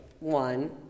one